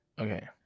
Okay